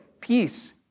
peace